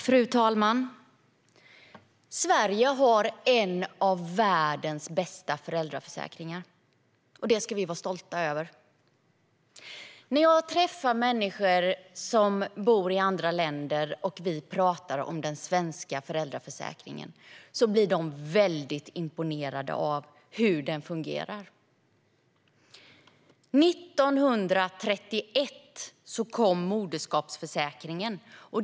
Fru talman! Sverige har en av världens bästa föräldraförsäkringar, och det ska vi vara stolta över. När jag träffar människor som bor i andra länder och vi talar om den svenska föräldraförsäkringen blir de väldigt imponerade av hur den fungerar. År 1931 kom moderskapsförsäkringen.